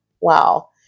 Wow